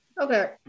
Okay